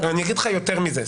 ואני אגיד לך יותר מזה,